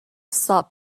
stop